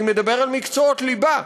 אני מדבר על מקצועות ליבה.